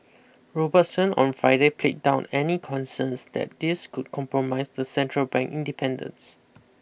Robertson on Friday played down any concerns that this could compromise the central bank independence